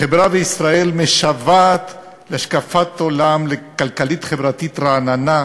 החברה בישראל משוועת להשקפת עולם כלכלית-חברתית רעננה,